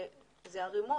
זה ערימות,